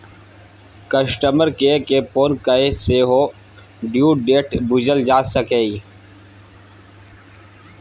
customer care केँ phone कए सेहो ड्यु डेट बुझल जा सकैए